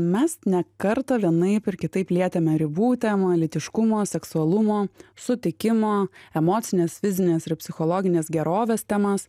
mes ne kartą vienaip ar kitaip lietėme ribų temą lytiškumo seksualumo sutikimo emocinės fizinės ir psichologinės gerovės temas